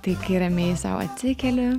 tai kai ramiai sau atsikeli